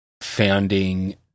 founding